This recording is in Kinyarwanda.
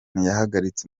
yahagaritse